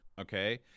Okay